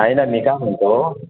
नाही ना मी काय म्हणतो